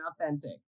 authentic